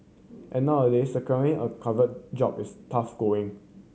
and nowadays securing a covet job is tough going